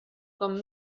com